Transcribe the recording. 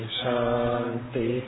shanti